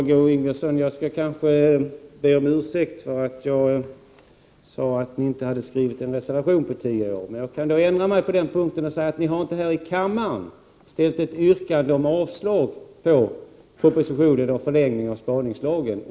Herr talman! Jag skall kanske be Marg6é Ingvardsson om ursäkt för att jag sade att vpk inte på tio år reserverat sig. Men jag kan ändra mig på den punkten och säga att vpk inte heller här i kammaren under de senaste åren ställt något yrkande om avslag på propositionen om förlängning av spaningslagen.